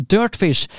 Dirtfish